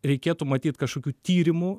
reikėtų matyt kažkokių tyrimų